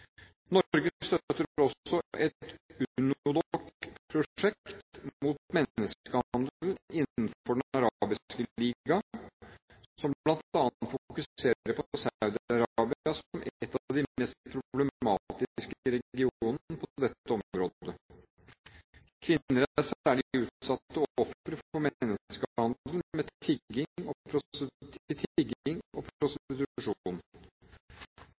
Norge støtter også et UNODC-prosjekt mot menneskehandel innenfor Den arabiske liga, som bl.a. fokuserer på Saudi-Arabia som ett av de mest problematiske i regionen på dette området. Kvinner er særlig utsatte ofre for menneskehandel, til tigging og prostitusjon. Prosjektet, som